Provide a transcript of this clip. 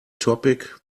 topic